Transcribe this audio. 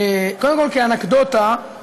קודם כול, כאנקדוטה,